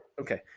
okay